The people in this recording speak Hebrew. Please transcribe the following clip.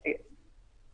חיים,